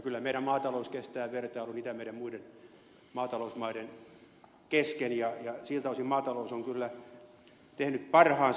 kyllä meidän maatalous kestää vertailun itämeren muiden maatalousmaiden kesken ja siltä osin maatalous on kyllä tehnyt parhaansa